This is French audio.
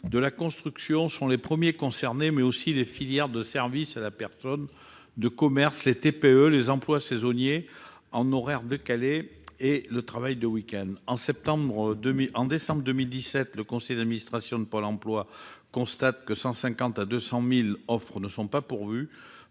de la construction sont les premiers concernés, mais il y a aussi la filière des services à la personne, le commerce, les TPE, les emplois saisonniers, en horaires décalés, et le travail le week-end. En décembre 2017, le conseil d'administration de Pôle emploi constatait que 150 000 à 200 000 offres n'étaient pas pourvues,